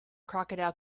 crocodile